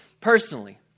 personally